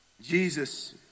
Jesus